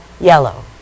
yellow